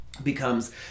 becomes